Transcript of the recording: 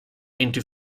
into